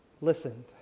listened